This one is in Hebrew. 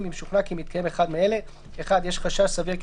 אם שוכנע כי מתקיים אחד מאלה: (1)יש חשש סביר כי